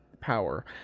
power